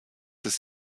ist